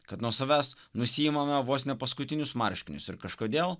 kad nuo savęs nusiėmame vos ne paskutinius marškinius ir kažkodėl